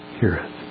heareth